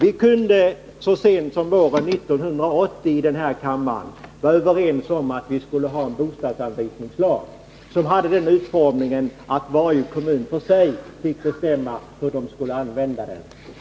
Vi kunde så sent som våren 1980 i denna kammare vara överens om att vi skulle ha en bostadsanvisningslag, som hade den utformningen att varje kommun för sig fick bestämma hur den skulle användas.